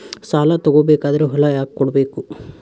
ಸಾಲ ತಗೋ ಬೇಕಾದ್ರೆ ಹೊಲ ಯಾಕ ಕೊಡಬೇಕು?